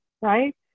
right